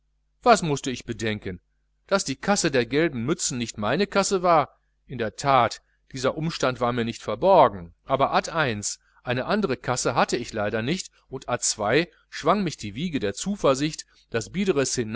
was mußte ich bedenken daß die kasse der gelben mützen nicht meine kasse war in der that dieser umstand war mir nicht verborgen aber ad l eine andre kasse hatt ich leider nicht und ad schwang mich die wiege der zuversicht das